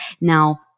Now